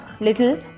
little